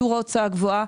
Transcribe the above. שיעור ההוצאה גבוהה,